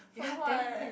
from what